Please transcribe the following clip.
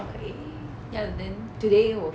okay ya then today 我